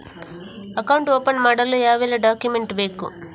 Account open ಮಾಡಲು ಯಾವೆಲ್ಲ document ಬೇಕು?